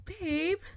babe